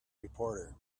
reporter